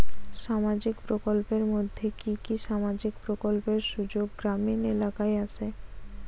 সামাজিক প্রকল্পের মধ্যে কি কি সামাজিক প্রকল্পের সুযোগ গ্রামীণ এলাকায় আসে?